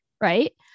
right